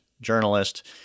journalist